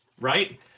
right